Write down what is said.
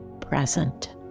present